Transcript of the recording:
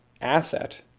asset